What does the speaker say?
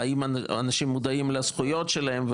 האם אנשים מודעים לזכויות שלהם?